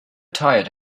tired